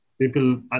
People